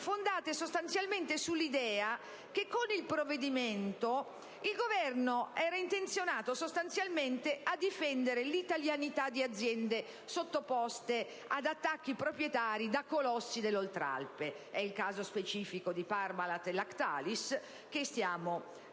fondate sostanzialmente sull'idea che con il provvedimento il Governo era intenzionato a difendere l'italianità di aziende sottoposte ad attacchi proprietari da colossi dell'Oltralpe; è il caso specifico di Parmalat e Lactalis, che stiamo evocando